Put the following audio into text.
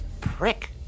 prick